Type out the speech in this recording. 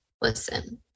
Listen